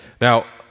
Now